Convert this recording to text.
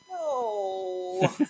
No